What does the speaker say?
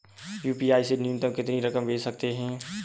UPI से न्यूनतम कितनी रकम भेज सकते हैं?